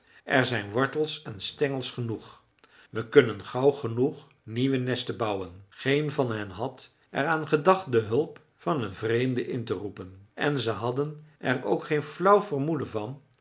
er zijn wortels en stengels genoeg we kunnen gauw genoeg nieuwe nesten bouwen geen van hen had er aan gedacht de hulp van een vreemde in te roepen en ze hadden er ook geen flauw vermoeden van